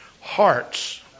hearts